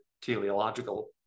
teleological